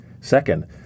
Second